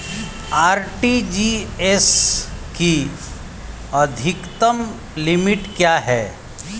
RTGS की अधिकतम limit क्या है?